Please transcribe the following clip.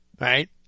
Right